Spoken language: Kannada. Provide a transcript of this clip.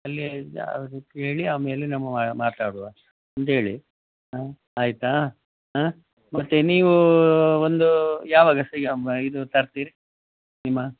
ಅಲ್ಲಿ ಅವ್ರ ಹತ್ತಿರ ಹೇಳಿ ಆಮೇಲೆ ನಮ್ಮ ಮಾತಾಡುವ ಒಂದು ಹೇಳಿ ಹಾಂ ಆಯಿತಾ ಹಾಂ ಮತ್ತು ನೀವು ಒಂದು ಯಾವಾಗ ಈಗ ಇದು ತರ್ತೀರಿ ನಿಮ್ಮ